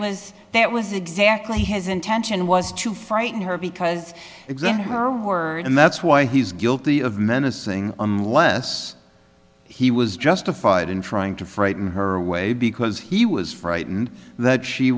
was that was exactly has intention was to frighten her because exam her word and that's why he's guilty of menacing unless he was justified in trying to frighten her away because he was frightened that she